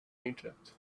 egypt